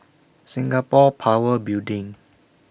Singapore Power Building